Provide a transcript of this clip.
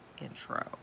intro